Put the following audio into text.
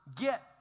get